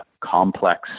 complex